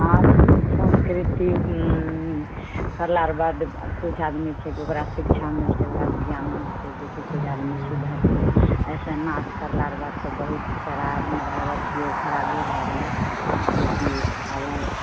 आ संस्कृति करला रऽ बाद किछु आदमीके शिक्षा मिलतै ओकरासँ ज्ञान मिलतै जेकि किछु आदमी सुधरतै ऐसे नाँच करलाके बाद तऽ बहुत खराब मतलब खराबी भए गेलै जेकि आब